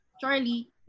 Charlie